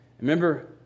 Remember